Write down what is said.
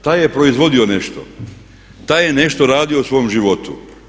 Taj je proizvodio nešto, taj je nešto radio u svom životu.